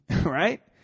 right